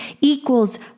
equals